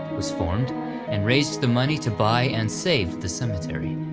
was formed and raised the money to buy and save the cemetery,